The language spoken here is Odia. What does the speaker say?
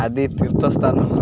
ଆଦି ତୀର୍ଥସ୍ଥାନ